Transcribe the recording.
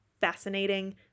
Fascinating